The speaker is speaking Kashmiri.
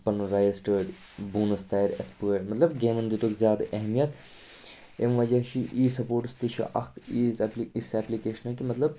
پَنُن رجَسٹٲرڑ بونَس تَرِ یِتھٕ پٲٹھۍ مطلب گیمَن دِتُکھ زیادٕ اہمیت ییٚمہِ وَجہ چھُ اِی سَپورٹٕس تہِ چھُ اَکھ ییٖژ ایپ یِژھ ایٚپلِکیشنہٕ کہِ مطلب